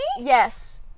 yes